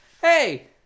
Hey